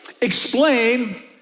explain